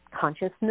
consciousness